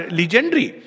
legendary